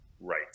right